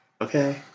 okay